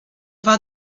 war